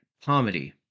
comedy